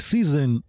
Season